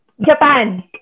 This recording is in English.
Japan